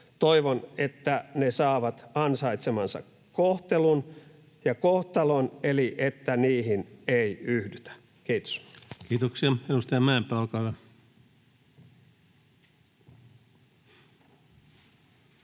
harrastavat, saavat ansaitsemansa kohtelun ja kohtalon, eli että niihin ei yhdytä. — Kiitos. Kiitoksia. — Edustaja Mäenpää, olkaa hyvä.